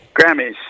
Grammys